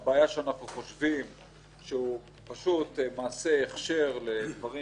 עלה שזה מעשה הכשר לדברים